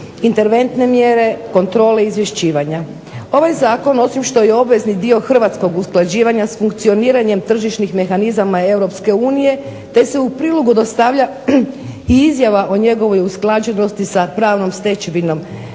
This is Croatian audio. interventne mjere, kontrole i izvješćivanja. Ovaj zakon osim što je obvezni dio hrvatskog usklađivanja s funkcioniranjem tržišnih mehanizama Europske unije te se u prilogu dostavlja i izjava o njegovoj usklađenosti sa pravnom stečevinom